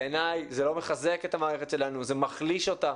בעיניי זה לא מחזק את המערכת שלנו, זה מחליש אותה.